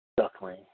duckling